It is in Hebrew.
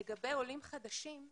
לגבי עולים חדשים,